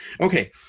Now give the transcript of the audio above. Okay